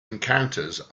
encounters